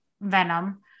venom